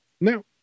Now